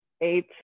eight